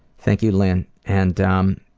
thank you lynn and um,